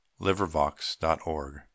livervox.org